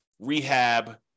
rehab